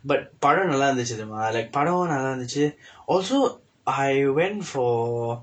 but படம் நல்லா இருந்தது தெரியுமா:padam nallaa irundthathu theriyumaa like படம் நல்லா இருந்தது:padam nallaa irundthathu also I went for